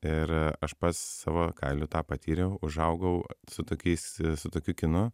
ir aš pats savo kailiu tą patyriau užaugau su tokiais su tokiu kinu